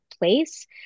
place